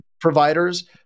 providers